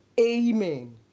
amen